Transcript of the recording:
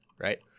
right